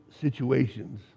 situations